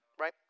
right